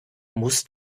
musst